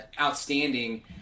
outstanding